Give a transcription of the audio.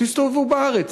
תסתובבו בארץ,